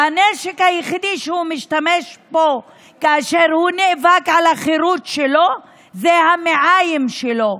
והנשק היחידי שהוא משתמש בו כאשר הוא נאבק על החירות שלו זה המעיים שלו,